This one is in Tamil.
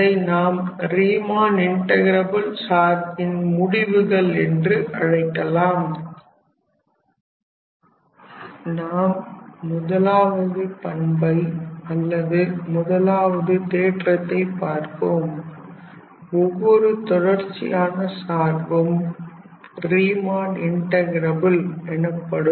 அதை நாம் ரீமன் இன்ட்டகிரபில் சார்பின் முடிவுகள் என்றும் அழைக்கலாம் நாம் முதலாவது பண்பை அல்லது முதலாவது தேற்றத்தை பார்ப்போம் ஒவ்வொரு தொடர்ச்சியான சார்பும் ரீமன் இன்ட்டகிரபில் எனப்படும்